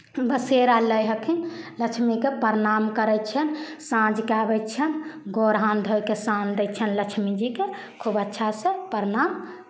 बसेरा लै हथिन लक्ष्मीकेँ प्रणाम करै छियनि साँझकेँ आबै छियनि गोर हाथ धोइ कऽ शाम दै छियनि लक्ष्मीजीके खूब अच्छासँ प्रणाम